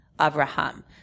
Abraham